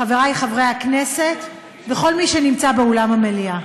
חברי חברי הכנסת, וכל מי שנמצא באולם המליאה,